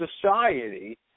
society